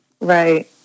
Right